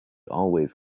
always